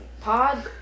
Pod